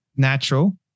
Natural